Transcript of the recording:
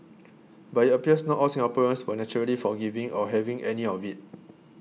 but it appears not all Singaporeans were naturally forgiving or having any of it